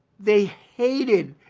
they hated.